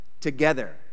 together